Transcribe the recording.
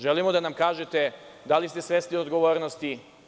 Želimo da nam kažete da li ste svesni odgovornosti.